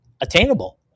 attainable